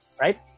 right